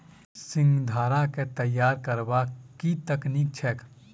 सिंघाड़ा केँ तैयार करबाक की तकनीक छैक?